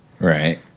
Right